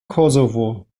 kosovo